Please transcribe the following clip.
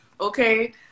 okay